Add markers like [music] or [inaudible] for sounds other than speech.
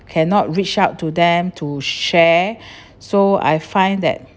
cannot reach out to them to share [breath] so I find that